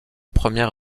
première